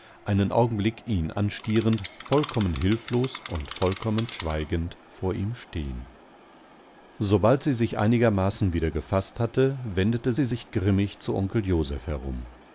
einen augenblick ihn anstierend vollkommen hilflos und vollkommen schweigendvorihmstehen sobald als sie sich einigermaßen wieder gefaßt hatte wendete sie sich grimmig zu onkeljosephherum wo